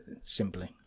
simply